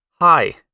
hi